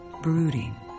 brooding